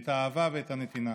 את האהבה ואת הנתינה.